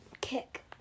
kick